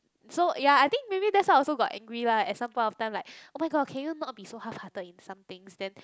so ya I think maybe that's why I also got angry lah at some point of time like oh-my-god can you not so halfhearted in some things then